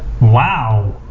Wow